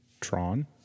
Tron